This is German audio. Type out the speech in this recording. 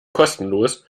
kostenlos